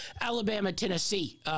Alabama-Tennessee